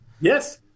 Yes